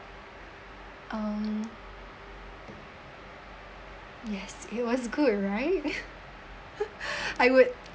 um yes it was good right I would